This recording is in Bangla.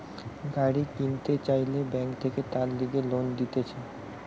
গাড়ি কিনতে চাইলে বেঙ্ক থাকে তার লিগে লোন দিতেছে